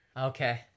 Okay